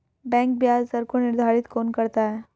Bank ब्याज दर को निर्धारित कौन करता है?